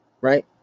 right